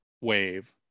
wave